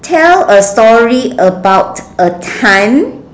tell a story about a time